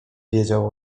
wiedział